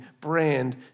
brand